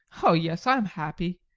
oh yes, i am happy.